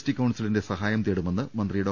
T കൌൺസിലിന്റെ സഹായം തേടുമെന്ന് മന്ത്രി ഡോ